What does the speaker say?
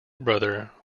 brother